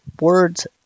words